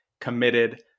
committed